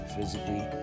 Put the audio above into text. Physically